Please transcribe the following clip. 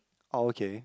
oh okay